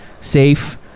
safe